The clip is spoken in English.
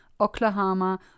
Oklahoma